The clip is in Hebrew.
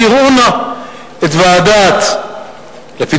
קראו נא את ועדת-לפידות,